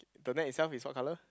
the net itself is what colour